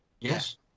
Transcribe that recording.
Yes